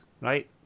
right